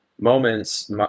moments